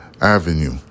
Avenue